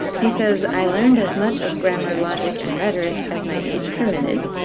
he says, i learned as much of grammer, logic, and rhetoric as my age permitted,